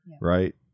Right